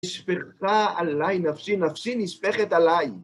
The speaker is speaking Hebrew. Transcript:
נשפכת עליי נפשי, נפשי נשפכת עליי.